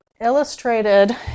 illustrated